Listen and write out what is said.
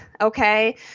okay